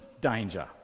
danger